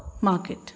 market